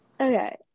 Okay